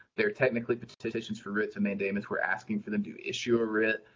they're technically petitions for writs of mandamus, we're asking for them to issue a writ,